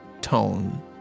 tone